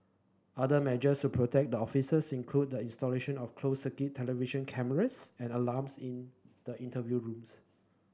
other measures to protect the officers include the installation of closed circuit television cameras and alarms in the interview rooms